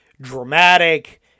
dramatic